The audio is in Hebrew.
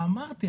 אמרתי,